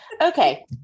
Okay